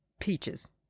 peaches